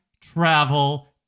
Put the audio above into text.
travel